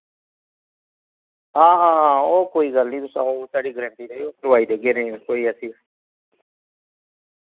हां हां हां ओह् कोई गल्ल निं तुस आओ साढ़ी गरंटी रेही ओह् करवाई देगे अरेंज कोई ऐसी